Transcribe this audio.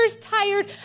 tired